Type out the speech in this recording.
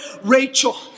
Rachel